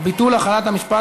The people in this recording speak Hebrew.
(ביטול החלת המשפט,